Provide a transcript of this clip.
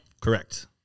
Correct